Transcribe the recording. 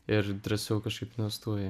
ir drąsiau kažkaip investuoja